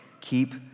Keep